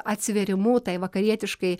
atsivėrimu tai vakarietiškai